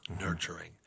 nurturing